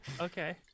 okay